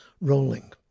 rolling